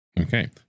Okay